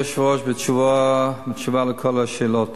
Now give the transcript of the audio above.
אדוני היושב-ראש, בתשובה על כל השאלות: